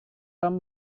tom